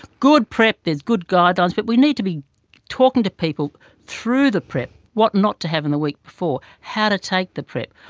good prep, there's good guidelines, but we need to be talking to people through the prep, what not to have in the week before, how to take the prep,